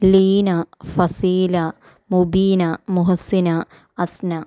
Leena Fasila Mubeena Muhsina Asna